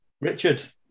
Richard